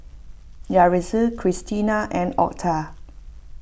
Yaretzi Cristina and Otha